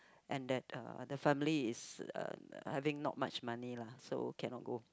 and that uh the family is uh having not much money lah so cannot go